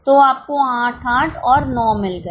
तो आपको 8 8 और 9 मिल गए